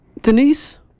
Denise